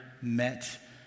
met